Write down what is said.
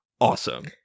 awesome